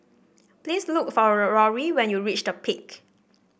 please look for Rory when you reach The Peak